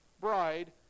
bride